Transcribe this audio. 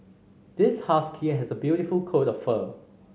this husky has a beautiful coat of fur